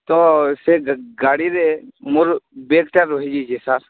ତ ସେ ଗାଡ଼ିରେ ମୋର୍ ବେଗ୍ଟା ରହିଯାଇଛେ ସାର୍